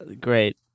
Great